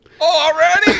Already